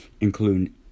include